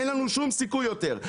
אין לנו שום סיכוי יותר,